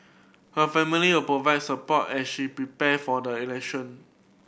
her family will provide support as she prepare for the election